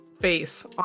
face